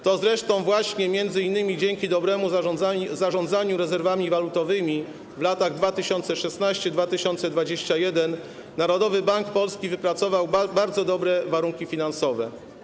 To zresztą właśnie m.in. dzięki dobremu zarządzaniu rezerwami walutowymi w latach 2016-2021 Narodowy Bank Polski wypracował bardzo dobre warunki finansowe.